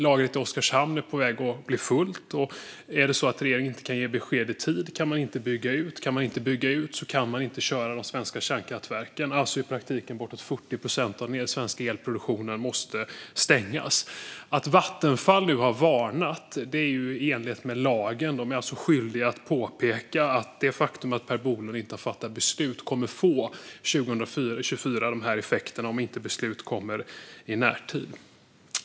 Lagret i Oskarshamn är på väg att bli fullt, och kan regeringen inte ge besked i tid kan man inte bygga ut. Kan man inte bygga ut kan man inte köra de svenska kärnkraftverken; alltså måste i praktiken bortåt 40 procent av den svenska elproduktionen stängas. Att Vattenfall nu har varnat är i enlighet med lagen. De är alltså skyldiga att påpeka att det faktum att Per Bolund inte har fattat beslut kommer att få de här effekterna 2024 om inte beslut kommer i närtid.